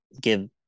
give